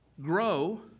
grow